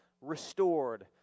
restored